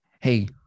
hey